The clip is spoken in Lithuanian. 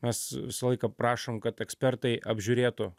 mes visą laiką prašom kad ekspertai apžiūrėtų